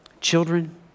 children